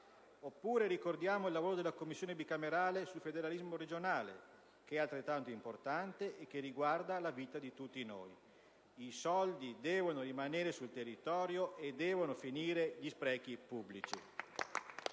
oppure ricordiamo il lavoro della Commissione bicamerale sul federalismo regionale, che è altrettanto importante e che riguarda la vita di tutti noi: i soldi devono rimanere sul territorio e devono finire gli sprechi pubblici.